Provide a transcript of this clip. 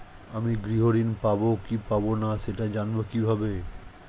আমি গৃহ ঋণ পাবো কি পাবো না সেটা জানবো কিভাবে?